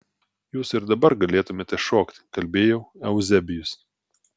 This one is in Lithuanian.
jūs ir dabar galėtumėte šokti kalbėjo euzebijus